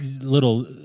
little